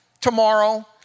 tomorrow